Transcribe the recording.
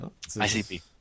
ICP